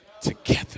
Together